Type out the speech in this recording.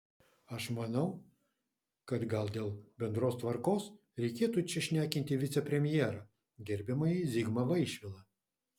aš manau kad gal dėl bendros tvarkos reikėtų čia šnekinti vicepremjerą gerbiamąjį zigmą vaišvilą